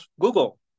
Google